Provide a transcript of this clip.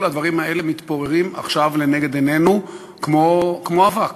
כל הדברים האלה מתפוררים עכשיו לנגד עינינו כמו אבק,